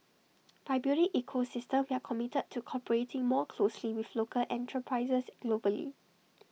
by building ecosystem we are committed to cooperating more closely with local enterprises globally